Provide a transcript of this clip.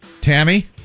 Tammy